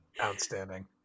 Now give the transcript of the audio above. outstanding